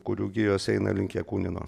kurių gijos eina link jakunino